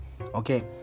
Okay